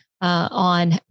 on